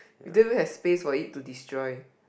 we don't even have space for it to destroy